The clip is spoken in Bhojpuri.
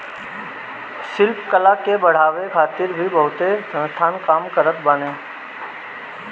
शिल्प कला के बढ़ावे खातिर भी बहुते संस्थान काम करत बाने